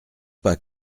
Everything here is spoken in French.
pas